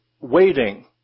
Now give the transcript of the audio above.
waiting